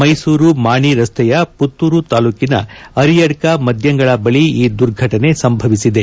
ಮ್ಟೆಸೂರು ಮಾಣಿ ರಸ್ತೆಯ ಪುತ್ತೂರು ತಾಲೂಕಿನ ಅರಿಯಡ್ಡ ಮದ್ದಂಗಳ ಬಳಿ ಈ ದುರ್ಘಟನೆ ಸಂಭವಿಸಿದೆ